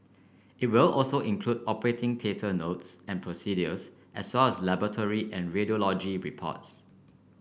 it will also include operating theatre notes and procedures as well as laboratory and radiology reports